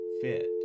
fit